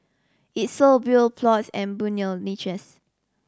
it sold plots and burial niches